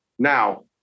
Now